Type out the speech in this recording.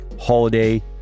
holiday